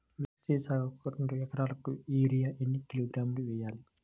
మిర్చి సాగుకు రెండు ఏకరాలకు యూరియా ఏన్ని కిలోగ్రాములు వేయాలి?